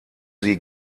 sie